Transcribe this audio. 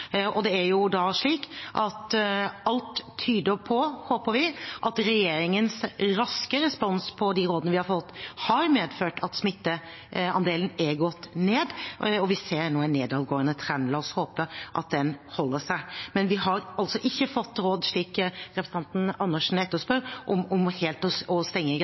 Alt tyder på, håper vi, at regjeringens raske respons på de rådene vi har fått, har medført at smitteandelen er gått ned. Vi ser nå en nedadgående trend – la oss håpe at den holder seg. Vi har altså ikke fått råd, slik representanten Andersen etterspør, om helt å